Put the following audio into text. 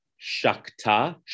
shakta